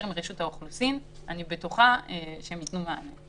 רשות האוכלוסין, אני בטוחה שהם ייתנו מענה.